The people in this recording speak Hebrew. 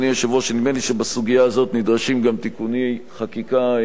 שנדמה לי שבסוגיה הזאת נדרשים גם תיקוני חקיקה מהותיים.